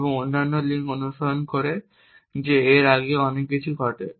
এবং অন্যান্য লিঙ্ক অনুসরণ করে যে এটি এর আগে অনেক কিছু ঘটে